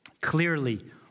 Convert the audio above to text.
clearly